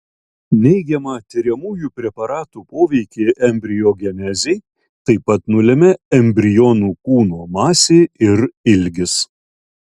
neigiamą tiriamųjų preparatų poveikį embriogenezei taip pat nulemia embrionų kūno masė ir ilgis